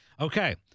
Okay